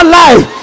life